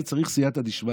לזה צריך סייעתא דשמיא.